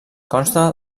consta